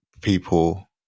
people